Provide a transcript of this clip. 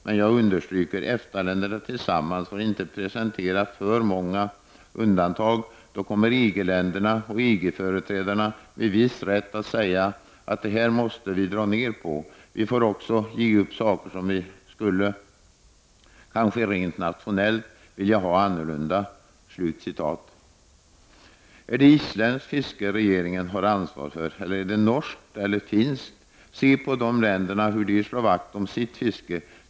Men jag understryker: EFTA-länderna tillsammans får inte presentera för många undantag — då kommer EG-länderna och EG-företrädarna med viss rätt att säga att det här måste ni dra ner på. Vi får också ge upp saker som vi skulle, kanske rent nationellt, vilja ha annorlunda.” Det var statsministerns svar. Är det isländskt fiske som regeringen har ansvar för, eller är det norskt eller finskt? Se hur dessa länder slår vakt om sitt fiske!